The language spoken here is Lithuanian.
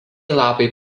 lapai